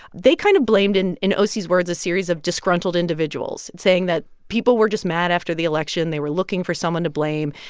they kind of blamed, in in ose's words, a series of disgruntled individuals, saying that people were just mad after the election. they were looking for someone to blame.